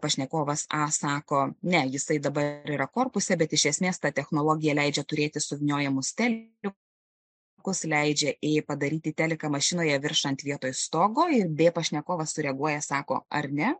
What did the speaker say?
pašnekovas a sako ne jisai dabar yra korpuse bet iš esmės ta technologija leidžia turėti suvyniojamus telikus leidžia padaryti teliką mašinoje virš ant vietoj stogo ir b pašnekovas sureaguoja sako ar ne